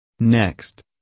Next